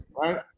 right